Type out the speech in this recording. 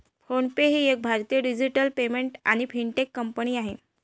phone पे ही एक भारतीय डिजिटल पेमेंट आणि फिनटेक कंपनी आहे